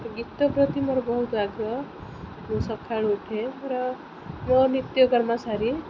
ଗୀତ ପ୍ରତି ମୋର ବହୁତ ଆଗ୍ରହ ମୁଁ ସକାଳୁ ଉଠେ ମୋର ମୋ ନିତ୍ୟକର୍ମ ସାରି